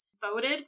voted